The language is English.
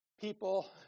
people